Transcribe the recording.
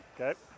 Okay